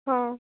ହଁ